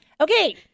Okay